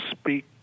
speak